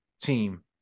team